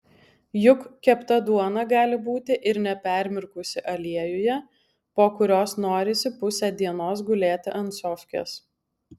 juk kepta duona gali būti ir nepermirkusi aliejuje po kurios norisi pusę dienos gulėti ant sofkės